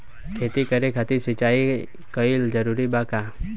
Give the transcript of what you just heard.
खेती करे खातिर सिंचाई कइल जरूरी बा का?